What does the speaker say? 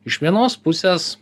iš vienos pusės